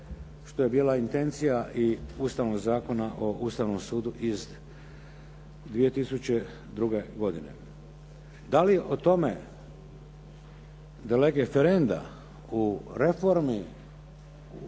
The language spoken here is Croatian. što je bila intencija i Ustavnog zakona o Ustavnom sudu iz 2002. godine. Da li o tome …/Govornik se